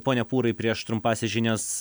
pone pūrai prieš trumpąsias žinias